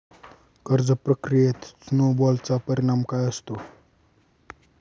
कर्ज प्रक्रियेत स्नो बॉलचा परिणाम काय असतो?